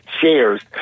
shares